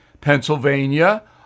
Pennsylvania